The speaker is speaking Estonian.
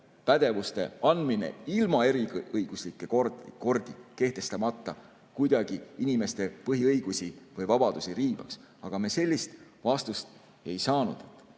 pädevuste andmine ilma eriõiguslike kordi kehtestamata mitte kuidagi inimeste põhiõigusi või -vabadusi ei riivaks, aga sellist vastust me ei saanud.